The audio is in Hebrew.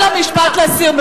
תן לו משפט לסיום,